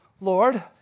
Lord